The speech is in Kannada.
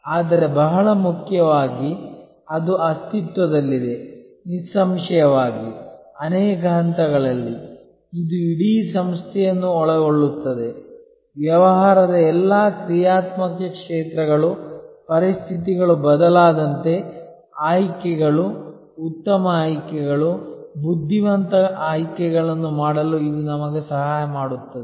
ಆದರೆ ಬಹಳ ಮುಖ್ಯವಾಗಿ ಅದು ಅಸ್ತಿತ್ವದಲ್ಲಿದೆ ನಿಸ್ಸಂಶಯವಾಗಿ ಅನೇಕ ಹಂತಗಳಲ್ಲಿ ಇದು ಇಡೀ ಸಂಸ್ಥೆಯನ್ನು ಒಳಗೊಳ್ಳುತ್ತದೆ ವ್ಯವಹಾರದ ಎಲ್ಲಾ ಕ್ರಿಯಾತ್ಮಕ ಕ್ಷೇತ್ರಗಳು ಪರಿಸ್ಥಿತಿಗಳು ಬದಲಾದಂತೆ ಆಯ್ಕೆಗಳು ಉತ್ತಮ ಆಯ್ಕೆಗಳು ಬುದ್ಧಿವಂತ ಆಯ್ಕೆಗಳನ್ನು ಮಾಡಲು ಇದು ನಮಗೆ ಸಹಾಯ ಮಾಡುತ್ತದೆ